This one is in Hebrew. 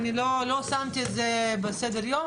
אני לא שמתי את זה בסדר היום,